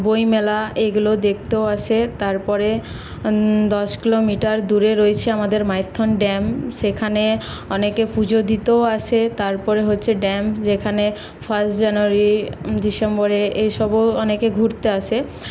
বইমেলা এইগুলো দেখতেও আসে তারপরে দশ কিলোমিটার দূরে রয়েছে আমাদের মাইথন ড্যাম সেখানে অনেকে পুজো দিতেও আসে তারপরে হচ্ছে ড্যাম যেখানে ফার্স্ট জানুয়ারি ডিসেম্বরে এইসবেও অনেকে ঘুরতে আসে